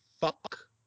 fuck